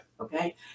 Okay